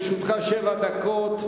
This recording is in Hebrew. לרשותך שבע דקות.